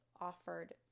offered